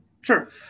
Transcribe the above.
Sure